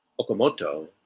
Okamoto